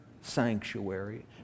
sanctuary